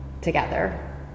together